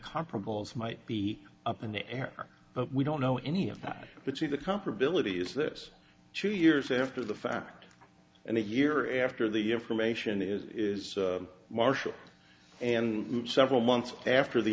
comparables might be up in the air but we don't know any of that but see the comparability is this two years after the fact and a year after the information is marshall and several months after the